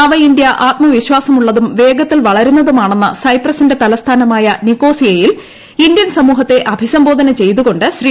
നവ ഇന്ത്യ ആത്മവിശ്വാസമുള്ളതും വേഗത്തിൽ വളരുന്നതുമാണെന്ന് സൈപ്രസിന്റെ തലസ്ഥാനമായ നിക്കോസിയയിൽ ഇന്ത്യൻ സമൂഹത്തെ അഭിസംബോധന ചെയ്തു കൊണ്ട് ശ്രീ